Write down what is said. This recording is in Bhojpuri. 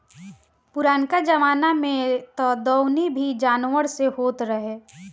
पुरनका जमाना में तअ दवरी भी जानवर से होत रहे